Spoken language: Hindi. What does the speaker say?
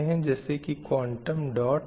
जैसे की क्वांटम डॉट